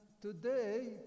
today